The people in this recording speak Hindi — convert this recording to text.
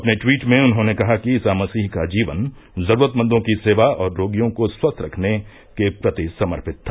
अपने ट्वीट में उन्होंने कहा कि ईसा मसीह का जीवन जरूरतमंदों की सेवा और रोगियों को स्वस्थ करने के प्रति समर्पित था